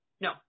No